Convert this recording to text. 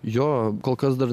jo kol kas dar